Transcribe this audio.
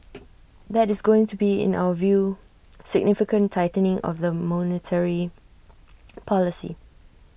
that is going to be in our view significant tightening of the monetary policy